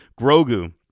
Grogu